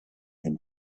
him